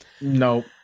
Nope